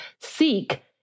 seek